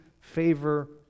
favor